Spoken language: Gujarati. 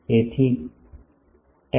તેથી 10